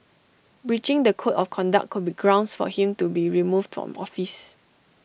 breaching the code of conduct could be grounds for him to be removed from office